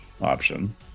option